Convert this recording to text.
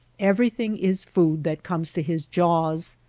everything is food that comes to his jaws.